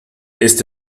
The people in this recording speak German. ist